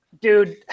Dude